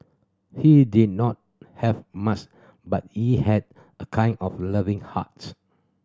he did not have much but he had a kind of loving heart